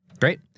Great